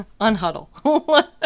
Unhuddle